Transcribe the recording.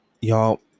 Y'all